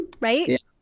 right